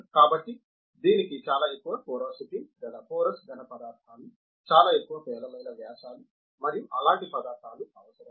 కాబట్టి దీనికి చాలా ఎక్కువ పోరోసిటీ గల పోరస్ ఘనపదార్థాలు చాలా ఎక్కువ పేలవమైన వ్యాసాలు మరియు అలాంటి పదార్థాలు అవసరం